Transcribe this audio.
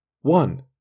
One